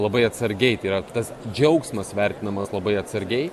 labai atsargiai tai yra tas džiaugsmas vertinamas labai atsargiai